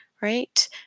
right